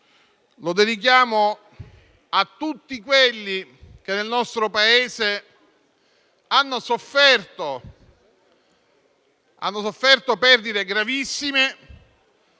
lo dedichiamo a tutti quelli che, nel nostro Paese, hanno sofferto perdite gravissime